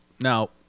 Now